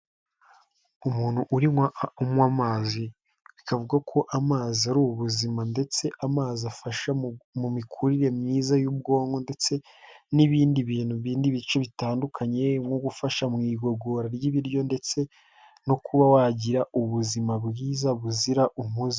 Umuntu urimo unywa amazi, bikavugwa ko amazi ari ubuzima ndetse amazi afasha mu mikurire myiza y'ubwonko ndetse n'ibindi bintu, ibindi bice bitandukanye nko gufasha mu igogora ry'ibiryo ndetse no kuba wagira ubuzima bwiza buzira umuze.